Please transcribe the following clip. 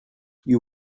you